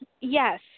yes